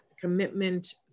commitment